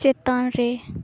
ᱪᱮᱛᱟᱱ ᱨᱮ